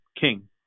king